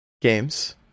Games